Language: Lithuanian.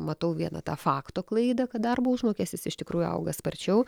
matau vieną tą fakto klaidą kad darbo užmokestis iš tikrųjų auga sparčiau